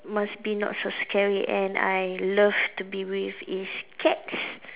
must be not so scary and I love to be with is cats